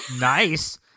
Nice